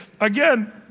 again